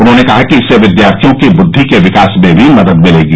उन्होंने कहा कि इससे विद्यार्थियों की बुद्धि के विकास में भी मदद मिलेगी